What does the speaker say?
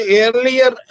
earlier